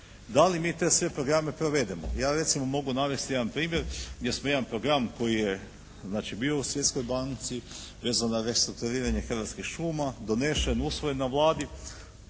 da li mi te sve programe provedemo. Ja recimo mogu navesti jedan primjer gdje smo jedan program koji je znači bio u Svjetskoj banci, vezano na restrukturiranje hrvatskih šuma, donesen, usvojen na Vladi.